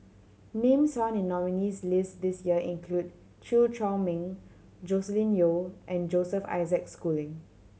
names found in nominees' list this year include Chew Chor Meng Joscelin Yeo and Joseph Isaac Schooling